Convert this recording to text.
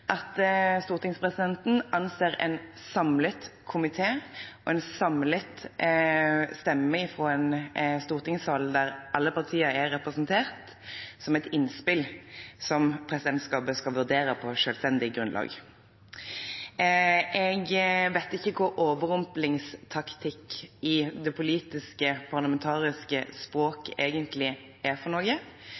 at stortingspresidenten anser en samlet komité og en samlet stemme fra en stortingssal der alle partier er representert, som et innspill som presidentskapet skal vurdere på selvstendig grunnlag. Jeg vet egentlig ikke hva «overumplingstaktikk» i det politiske og parlamentariske språket er for